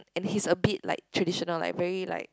and he's a bit like traditional like very like